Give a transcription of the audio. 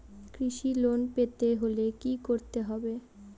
কৃষি লোন পেতে হলে কি করতে হবে?